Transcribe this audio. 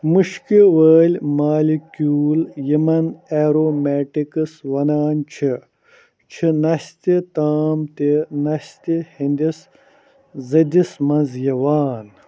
مُشکہِ وٲلۍ مالِکیٛوٗل یمن ایرومیٹکٕس ونان چھِ چھِ نستہِ تام تہِ نستہِ ہٕنٛدِس زٔدِس منٛز یوان